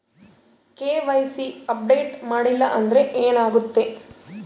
KYC update ಮಾಡಿಲ್ಲ ಅಂದ್ರೆ ಏನಾಗುತ್ತೆ?